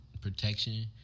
protection